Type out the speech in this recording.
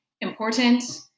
important